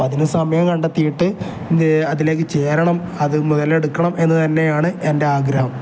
അപ്പം അതിന് സമയം കണ്ടെത്തിയിട്ട് അതിലേക്ക് ചേരണം അത് മുതലെടുക്കണം എന്ന് തന്നെയാണ് എൻ്റെ ആഗ്രഹം